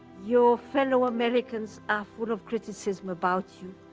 your fellow americans are full of criticism about you.